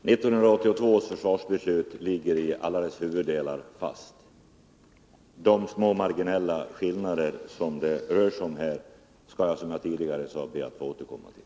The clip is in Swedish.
Herr talman! 1982 års försvarsbeslut ligger fast i alla sina huvuddelar. De marginella skillnader som det här rör sig om skall jag, som jag tidigare sade, be att få återkomma till.